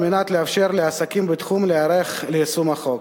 על מנת לאפשר לעסקים בתחום להיערך ליישום החוק.